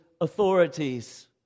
authorities